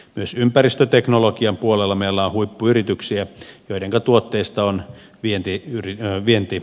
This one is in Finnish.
myös ympäristöteknologian puolella meillä on huippuyrityksiä joiden tuotteista on vientituotteiksi